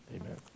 amen